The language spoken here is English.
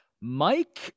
Mike